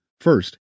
First